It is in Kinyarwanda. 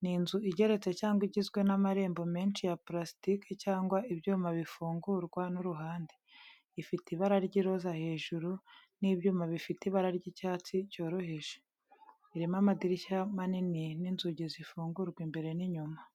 Ni inzu igeretse cyangwa igizwe n’amarembo menshi ya purasitiki cyangwa ibyuma bifungurwa n’uruhande. Ifite ibara ry'iroza hejuru n’ibyuma bifite ibara ry’icyatsi cyoroheje. Irimo amadirishya manini n’inzugi zifungurwa imbere n’inyuma.